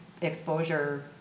exposure